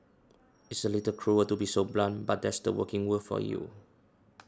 it's a little cruel to be so blunt but that's the working world for you